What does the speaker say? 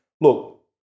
look